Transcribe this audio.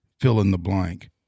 fill-in-the-blank